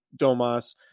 Domas